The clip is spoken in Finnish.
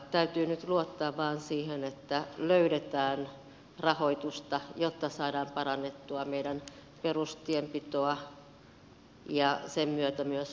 täytyy nyt luottaa vain siihen että löydetään rahoitusta jotta saadaan parannettua meidän perustienpitoa ja sen myötä myös liikenneturvallisuutta